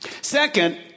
Second